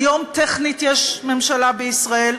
היום, טכנית יש ממשלה בישראל,